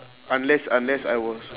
unless unless I was